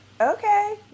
Okay